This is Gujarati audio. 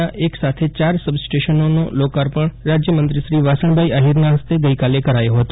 ના એક સાથે ચાર સબ સ્ટેશનોનો લોકાર્પણ રાજ્યમંત્રીશ્રી વાસણભાઈ આહિરના હસ્તે ગઈકાલે કરાયો હતો